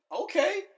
okay